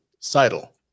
Seidel